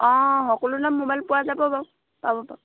অঁ সকলো ধৰণৰ মোবাইল পোৱা যাব বাৰু পাব পাব